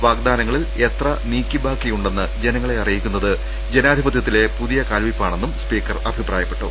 വാഗ്ദാന ങ്ങളിൽ എത്ര നീക്കിബാക്കിയുണ്ടെന്ന് ജനങ്ങളെ അറിയിക്കുന്നത് ജനാധിപത്യത്തിലെ പുതിയ കാൽവെപ്പാണെന്നും സ്പീക്കർ അഭി പ്രായപ്പെട്ടു